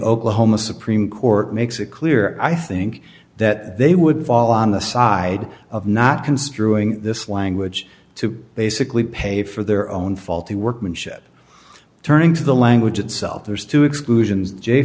oklahoma supreme court makes it clear i think that they would fall on the side of not construing this language to basically pay for their own faulty workmanship turning to the language itself there's too exclusions j